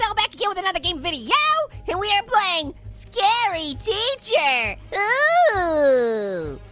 so back again with another game video. here we are playing scary teacher, oh.